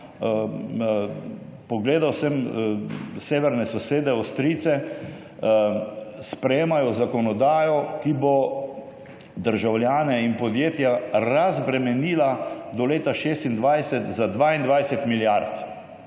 pogledal sem severne sosede Avstrijce. Sprejemajo zakonodajo, ki bo državljane in podjetja razbremenila do leta 2026 za 22 milijard.